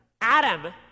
Adam